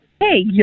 Hey